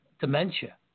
dementia